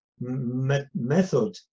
method